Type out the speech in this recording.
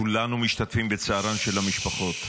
כולנו משתתפים בצערן של המשפחות.